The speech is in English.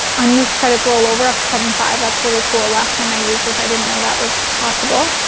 unused credits roll over up to seventy five. that's really cool. last time i used this i didn't know that was possible.